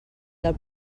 del